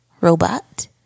robot